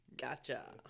Gotcha